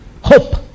hope